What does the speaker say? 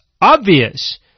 obvious